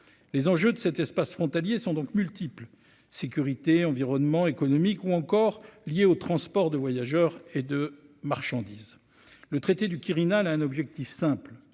les enjeux de cet espace frontalier sont donc multiples, sécurité, environnement économique ou encore liés au transport de voyageurs et de marchandises, le traité du Quirinal à un objectif simple